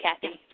Kathy